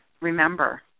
remember